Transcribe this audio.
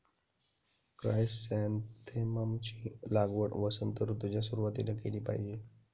chrysanthemum ची लागवड वसंत ऋतूच्या सुरुवातीला केली पाहिजे